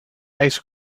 ice